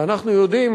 כי אנחנו יודעים,